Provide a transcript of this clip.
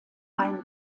ein